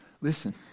Listen